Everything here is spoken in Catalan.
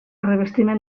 revestiment